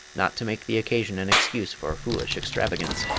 not to make the occasion an excuse for foolish extravagance.